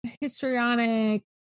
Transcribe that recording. histrionic